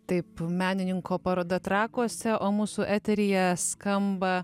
taip menininko paroda trakuose o mūsų eteryje skamba